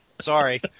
Sorry